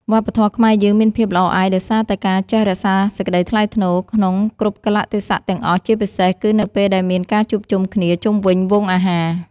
វប្បធម៌ខ្មែរយើងមានភាពល្អឯកដោយសារតែការចេះរក្សាសេចក្តីថ្លៃថ្នូរក្នុងគ្រប់កាលៈទេសៈទាំងអស់ ជាពិសេស គឺ នៅពេលដែលមានការជួបជុំគ្នាជុំវិញវង់អាហារ។